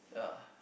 ya